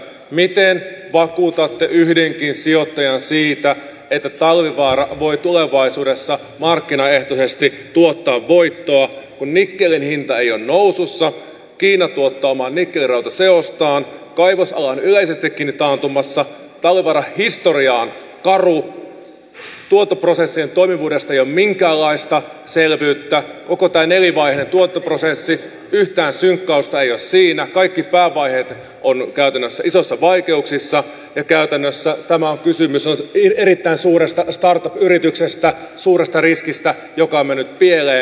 miten vakuutatte yhdenkin sijoittajan siitä että talvivaara voi tulevaisuudessa markkinaehtoisesti tuottaa voittoa kun nikkelin hinta ei ole nousussa kiina tuottaa omaa nikkeli rautaseostaan kaivosala on yleisestikin taantumassa talvivaaran historia on karu tuotantoprosessin toimivuudesta ei ole minkäänlaista selvyyttä koko tässä nelivaiheisessa tuotantoprosessissa ei ole yhtään synkkausta kaikki päävaiheet ovat käytännössä isoissa vaikeuksissa ja käytännössä tässä kysymys on erittäin suuresta startup yrityksestä suuresta riskistä joka on mennyt pieleen